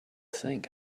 think